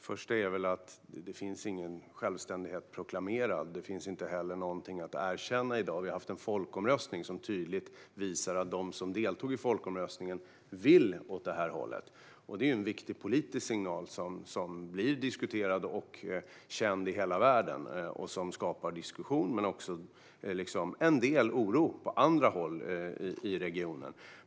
Herr talman! Det finns ingen självständighet proklamerad. Det finns inte heller någonting att erkänna i dag. Vi har haft en folkomröstning som tydligt visar att de som deltog i folkomröstningen vill åt det här hållet. Det är en viktig politisk signal som blir diskuterad och känd i hela världen och som skapar diskussion men också en del oro på andra håll i regionen.